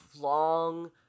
long